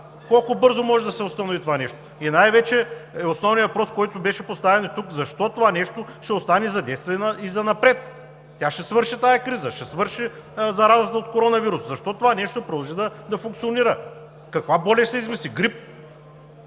Колко бързо може да се установи това нещо? И най-вече основният въпрос, който беше поставен тук: защо това нещо ще остане за действие и занапред? Тази криза ще свърши, ще свърши заразата от коронавируса. Защо това нещо ще продължи да функционира? Каква болест ще се измисли – грип?!